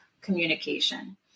communication